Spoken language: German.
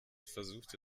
versuchte